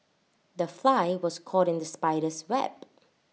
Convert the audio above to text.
the fly was caught in the spider's web